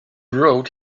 wrote